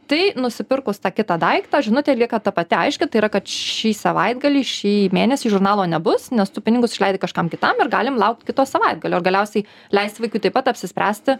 tai nusipirkus tą kitą daiktą žinutė lieka ta pati aiški tai yra kad šį savaitgalį šį mėnesį žurnalo nebus nes tu pinigus išleidai kažkam kitam ir galim laukt kito savaitgalio ir galiausiai leisti vaikui taip pat apsispręsti